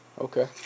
Okay